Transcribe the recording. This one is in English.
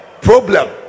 problem